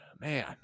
Man